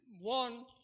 One